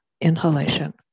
inhalation